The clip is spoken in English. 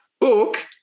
book